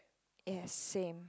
yes same